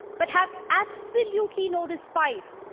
but have absolutely no respite,